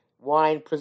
Wine